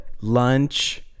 lunch